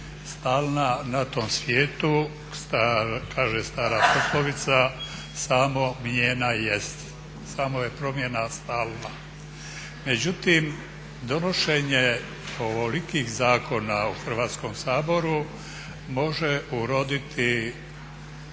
Stalna na tom svijetu, kaže stara poslovica samo mijena jest, samo je promjena stalna. Međutim, donošenje ovolikih zakona u Hrvatskom saboru može uroditi